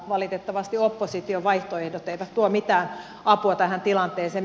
valitettavasti opposition vaihtoehdot eivät tuo mitään apua tähän tilanteeseen